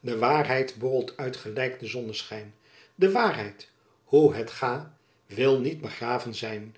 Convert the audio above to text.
de waerheyt bortelt uit gelijck de sonneschijn de waerheyt hoe het gae wil niet begraven zijn